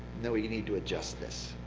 no, you need to adjust this,